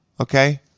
Okay